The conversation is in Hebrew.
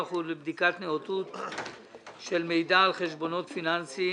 ולבדיקת נאותות של מידע על חשבונות פיננסים